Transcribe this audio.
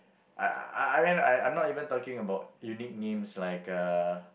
I I I mean I'm not even talking about unique names like uh